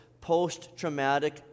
post-traumatic